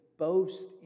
Boast